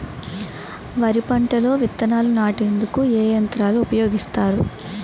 వరి పంటలో విత్తనాలు నాటేందుకు ఏ యంత్రాలు ఉపయోగిస్తారు?